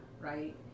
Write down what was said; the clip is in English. right